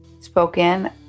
spoken